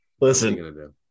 Listen